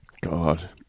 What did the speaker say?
God